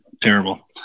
terrible